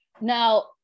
Now